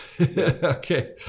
Okay